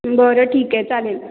बरं ठीक आहे चालेल